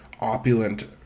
opulent